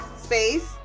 space